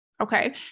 Okay